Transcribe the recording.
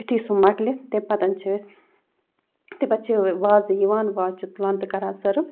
یُتھُے سُہ مَکلہِ تمہِ پَتَن چھِ أسۍ تمہِ پَتہٕ چھِ وازٕ یِوان وازٕ چھِ تُلان تہٕ کَران سٔرٕو